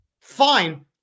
Fine